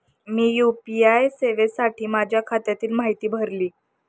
मी UPI सेवेसाठी माझ्या खात्याची माहिती भरली